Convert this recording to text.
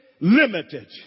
limited